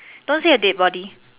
don't say a dead body